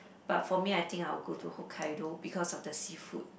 but for me I think I'll go to Hokkaido because of the seafood